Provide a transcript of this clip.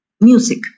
music